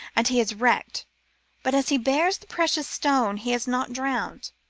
and he is wrecked but, as he bears the precious stone, he is not drowned,